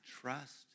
trust